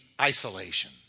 isolation